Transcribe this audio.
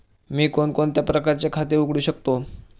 मी कोणकोणत्या प्रकारचे खाते उघडू शकतो?